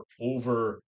over